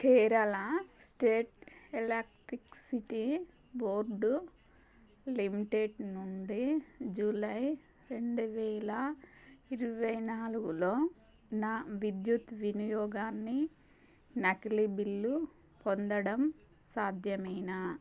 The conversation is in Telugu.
Kerala state electricity board limited నుండి జూలై రెండు వేల ఇరవై నాలుగులో నా విద్యుత్ వినియోగాన్ని నకిలీ బిల్లు పొందడం సాధ్యమేనా